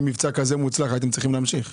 אם יש מבצע כזה מוצלח, הייתם צריכים להמשיך בו.